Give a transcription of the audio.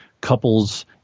couples